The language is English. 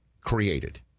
created